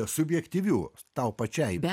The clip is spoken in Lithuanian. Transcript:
subjektyvių tau pačiai